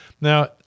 Now